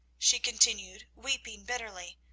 she continued, weeping bitterly,